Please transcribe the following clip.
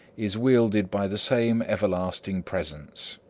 is wielded by the same everlasting presence.